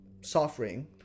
suffering